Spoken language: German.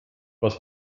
was